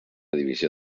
divisió